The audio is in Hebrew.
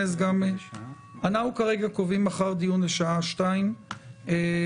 כרגע הדיון הוא לשעה 14:00